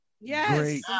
Yes